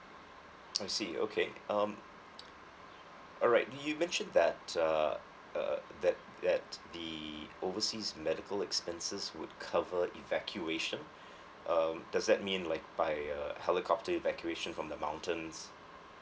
I see okay um alright you mentioned that uh uh that that the overseas medical expenses would cover evacuation um does that mean like by a helicopter evacuation from the mountains